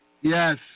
Yes